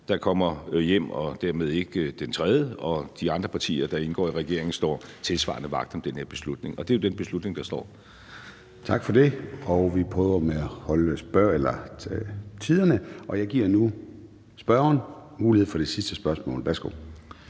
der kommer hjem, og dermed ikke den tredje, og de andre partier, der indgår i regeringen, står tilsvarende vagt om den her beslutning. Og det er jo den beslutning, der står. Kl. 13:06 Formanden (Søren Gade): Tak for det. Og vi prøver at overholde taletiderne, og jeg giver nu spørgeren mulighed for det sidste spørgsmål. Værsgo.